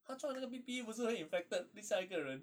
他穿的那个 P_P_E 不是会 infected lead 下一个人